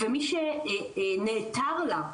ומי שנעתר לה,